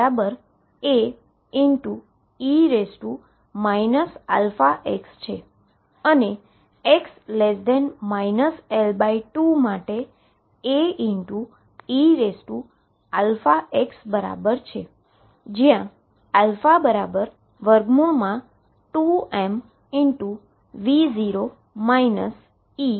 અને x L2 માટે Aeαx બરાબર છેજ્યાં α2m2 છે